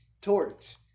torch